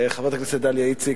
חברת הכנסת דליה איציק,